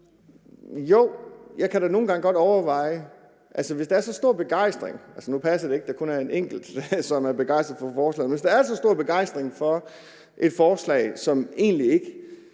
som er begejstret for forslaget. Men hvis der er så stor begejstring for et forslag, som egentlig ikke